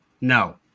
no